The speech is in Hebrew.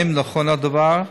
1. האם נכון הדבר?